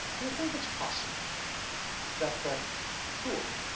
do you think it's possible that the two of em